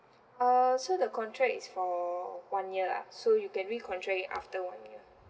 uh so the contract is for one year lah so you can recontract it after one year